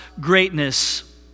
greatness